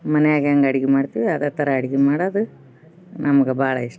ಮನ್ಯಾಗ ಹೆಂಗ್ ಅಡ್ಗೆ ಮಾಡ್ತೀವಿ ಅದೇ ಥರ ಅಡ್ಗೆ ಮಾಡೋದ ನಮ್ಗೆ ಭಾಳ ಇಷ್ಟ